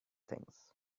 things